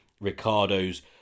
Ricardo's